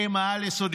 מה את צועקת.